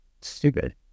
stupid